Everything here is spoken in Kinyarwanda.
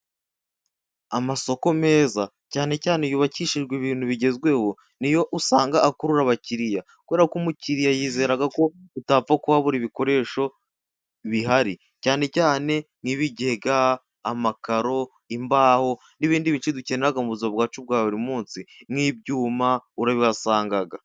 Amasoko meza cyane cyane yubakishijwe ibintu bigezweho ni yo usanga akurura abakiriya kubera ko umukiriya yizera ko utapfa kuhabura ibikoresho bihari cyane cyane nk'ibigega, amakaro, imbaho, n'ibindi byinshi dukenera mu buzima bwacu bwa buri munsi, nk'ibyuma urabihasanga